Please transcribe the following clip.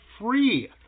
free